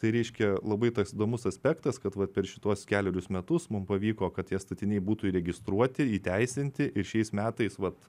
tai reiškia labai tas įdomus aspektas kad vat per šituos kelerius metus mum pavyko kad tie statiniai būtų įregistruoti įteisinti ir šiais metais vat